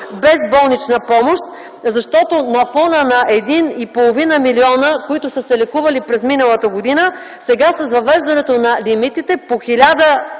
без болнична помощ, защото на фона на 1,5 милиона, които са се лекували през миналата година, сега, с въвеждането на лимитите, по хиляда